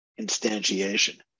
instantiation